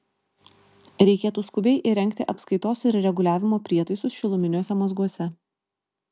reikėtų skubiai įrengti apskaitos ir reguliavimo prietaisus šiluminiuose mazguose